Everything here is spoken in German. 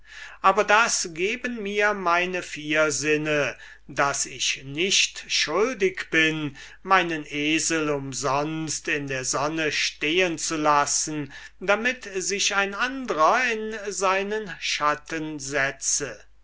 aber das geben mir meine vier sinne daß ich nicht schuldig bin meinen esel umsonst in der sonne stehen zu lassen damit sich ein andrer in seinen schatten setze